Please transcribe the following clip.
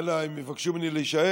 אלא אם כן יבקשו ממני להישאר,